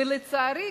ולצערי,